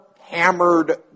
hammered